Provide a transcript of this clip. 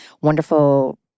wonderful